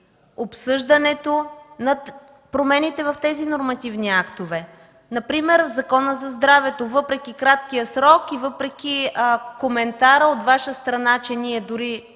обсъждането на промените в тези нормативни актове. Например в Закона за здравето, въпреки краткия срок и въпреки коментара от Ваша страна, че ние дори